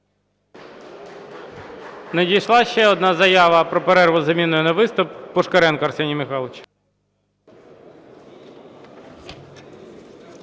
Надійшла ще одна заява про перерву із заміною на виступ. Пушкаренко Арсеній Михайлович.